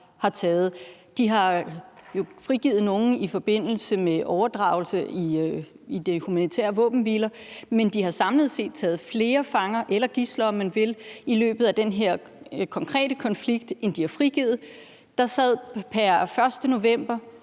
har taget. De har jo frigivet nogle i forbindelse med overdragelse i de humanitære våbenhviler, men de har samlet set taget flere fanger, eller gidsler om man vil, i løbet af den her konkrete konflikt, end de har frigivet. Der sad pr. 1. november